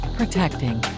protecting